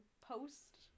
post